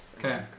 Okay